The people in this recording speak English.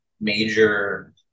major